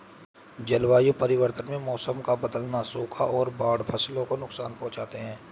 जलवायु परिवर्तन में मौसम का बदलना, सूखा और बाढ़ फसलों को नुकसान पहुँचाते है